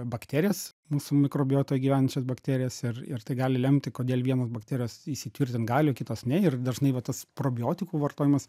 bakterijas mūsų mikrobiotoj gyvenančias bakterijas ir ir tai gali lemti kodėl vienos bakterijos įsitvirtint gali o kitos ne ir dažnai va tas probiotikų vartojimas